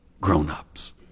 grown-ups